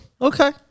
okay